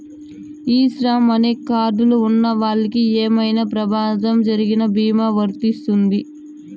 ఈ శ్రమ్ అనే కార్డ్ లు ఉన్నవాళ్ళకి ఏమైనా ప్రమాదం జరిగిన భీమా వర్తిస్తుంది